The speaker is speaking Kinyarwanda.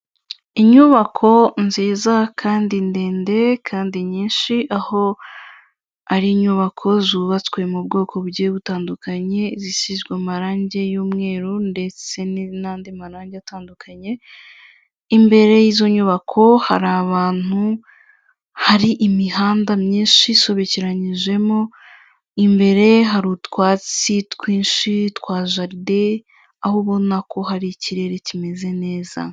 Inyubako nziza kandi ndende kandi nyinshi, aho ari inyubako zubatswe mu bwoko bujyiye butandukanye, zisizwe amarangi y'umweru ndetse n'andi marangi atandukanye, imbere y'izo nyubako hari abantu, hari imihanda myinshi isobekeranyijemo, imbere hari utwatsi twinshi twa jaride, aho ubona ko hari ikirere kimeze neza.